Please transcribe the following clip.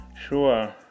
Sure